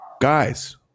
Guys